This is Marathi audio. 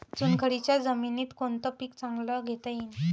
चुनखडीच्या जमीनीत कोनतं पीक चांगलं घेता येईन?